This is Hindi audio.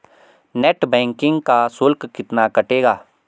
नेट बैंकिंग का शुल्क कितना कटेगा?